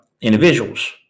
individuals